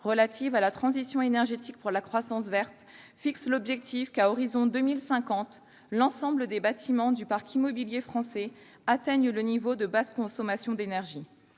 relative à la transition énergétique pour la croissance verte fixe l'objectif qu'à l'horizon 2050 l'ensemble des bâtiments du parc immobilier français atteigne le niveau de basse consommation d'énergie.